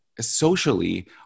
socially